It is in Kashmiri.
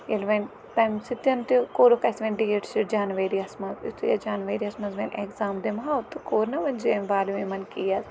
ییٚلہِ وۄنۍ تَمہِ سۭتۍ تہِ کوٚڑُکھ اَسہِۄوَنۍ ڈیٹ شیٖٹ جَنؤری یَس منٛز یُتھُے أسۍ جَنؤری یَس منٛز وۄنۍ اٮ۪کزام دِمہَو تہٕ کوٚر نہ وَنہِ جیٚمۍ والیو یِمَن کیس